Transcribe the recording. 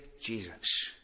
Jesus